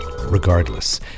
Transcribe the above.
Regardless